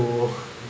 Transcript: to